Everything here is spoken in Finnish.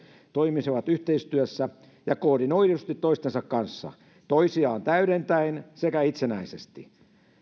toimisivat yhteistyössä ja koordinoidusti toistensa kanssa toisiaan täydentäen sekä itsenäisesti